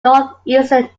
northeastern